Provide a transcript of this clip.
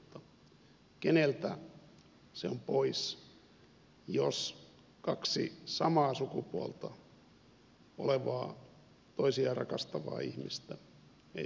keneltä se on pois jos kaksi samaa sukupuolta olevaa toisiaan rakastavaa ihmistä ei saa avioitua